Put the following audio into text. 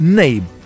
name